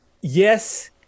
yes